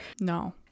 no